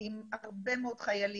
האם זה נגיש לכולם?